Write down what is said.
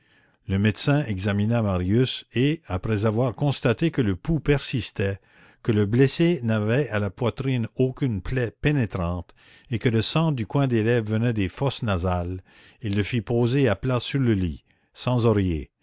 le médecin examina marius et après avoir constaté que le pouls persistait que le blessé n'avait à la poitrine aucune plaie pénétrante et que le sang du coin des lèvres venait des fosses nasales il le fit poser à plat sur le lit sans